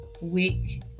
Week